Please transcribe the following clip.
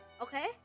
okay